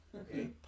okay